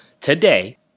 today